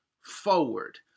forward